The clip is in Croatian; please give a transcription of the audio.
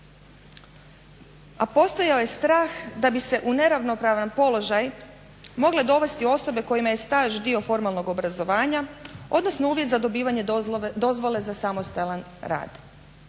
a postojao je strah da bi se u neravnopravan položaj mogle dovesti osobe kojima je staž dio formalnog obrazovanja, odnosno uvjet za dobivanje dozvole za samostalan rad.